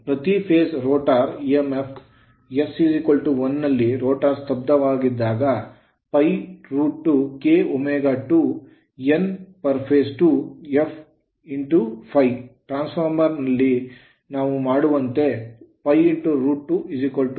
ಪ್ರತಿ phase rotor emf s 1 ನಲ್ಲಿ rotor ಸ್ತಬ್ಧವಾದಾಗ 2 kw2Nph2fφ ಟ್ರಾನ್ಸ್ ಫಾರ್ಮರ್ ರಲ್ಲಿ ನಾವು ಮಾಡುವಂತೆ 2 4